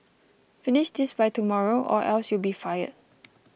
finish this by tomorrow or else you'll be fired